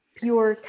pure